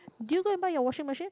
did you go and buy your washing machine